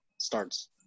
starts